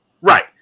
Right